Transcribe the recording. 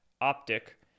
optic